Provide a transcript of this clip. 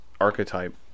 archetype